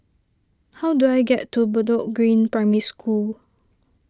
how do I get to Bedok Green Primary School